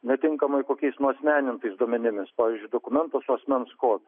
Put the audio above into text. netinkamai kokiais nuasmenintais duomenimis pavyzdžiui dokumentą su asmens kodu